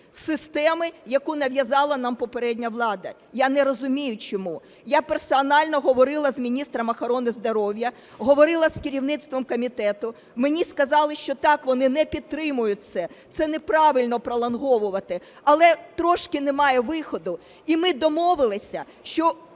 системи, яку нав'язала нам попередня влада. Я не розумію, чому. Я персонально говорила з міністром охорони здоров'я, говорила з керівництвом комітету. Мені сказали, що, так, вони не підтримують це, це неправильно – пролонговувати, але трошки немає виходу. І ми домовилися, що